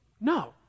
No